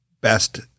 best